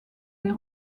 des